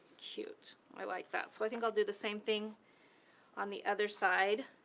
cute, i like that! so, i think i'll do the same thing on the other side,